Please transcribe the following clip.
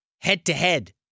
Head-to-head